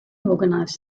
organised